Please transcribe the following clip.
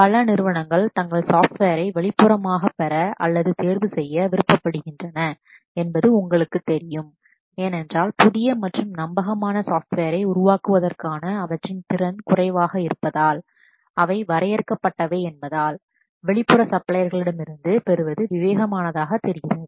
பல நிறுவனங்கள் தங்கள் சாஃப்ட்வேரை வெளிப்புறமாகப் பெற அல்லது தேர்வு செய்ய விருப்பபடுகின்றன என்பது உங்களுக்குத் தெரியும் ஏனென்றால் புதிய மற்றும் நம்பகமான சாஃப்ட்வேரை உருவாக்குவதற்கான அவற்றின் திறன் குறைவாக இருப்பதால் அவை வரையறுக்கப்பட்டவை என்பதால் வெளிப்புற சப்ளையர்களிடமிருந்து பெறுவது விவேகமானதாகத் தெரிகிறது